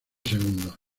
segundos